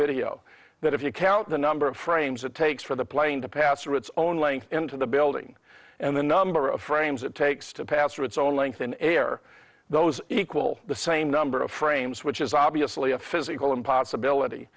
video that if you count the number of frames it takes for the plane to pass through its own length into the building and the number of frames it takes to pass through its own length in air those equal the same number of frames which is obviously a physical impossibility